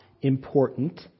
important